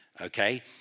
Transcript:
Okay